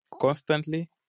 constantly